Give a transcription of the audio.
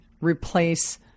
replace